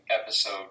episode